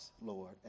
lord